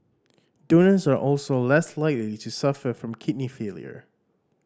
donors are also less likely to suffer from kidney failure